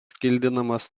kildinamas